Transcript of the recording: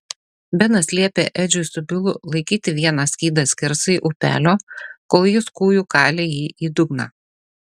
benas liepė edžiui su bilu laikyti vieną skydą skersai upelio kol jis kūju kalė jį į dugną